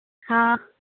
हाँ